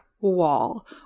wall